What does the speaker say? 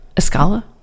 Escala